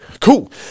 Cool